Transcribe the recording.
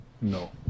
No